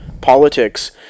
politics